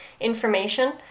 information